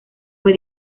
fue